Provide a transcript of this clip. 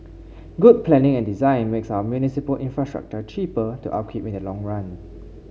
good planning and design makes our municipal infrastructure cheaper to upkeep in the long run